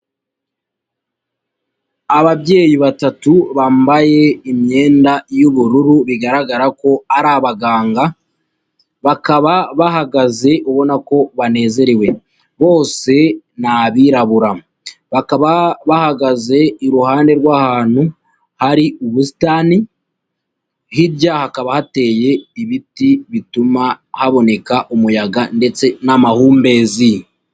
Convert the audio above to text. Ababyeyi batatu bambaye imyenda y'ubururu bigaragara ko ari abaganga, bakaba bahagaze ubona ko banezerewe, bose ni abirabura, bakaba bahagaze iruhande rw'ahantu hari ubusitani, hirya hakaba hateye ibiti bituma haboneka umuyaga ndetse n'amahumbezi.